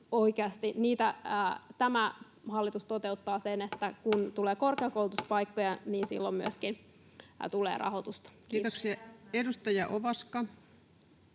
että kun tulee korkeakoulutuspaikkoja, niin silloin myöskin tulee rahoitusta. — Kiitos. Kiitoksia. — Edustaja Ovaska.